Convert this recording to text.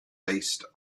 based